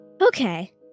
Okay